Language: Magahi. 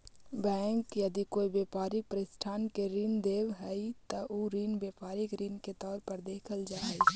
बैंक यदि कोई व्यापारिक प्रतिष्ठान के ऋण देवऽ हइ त उ ऋण व्यापारिक ऋण के तौर पर देखल जा हइ